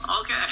okay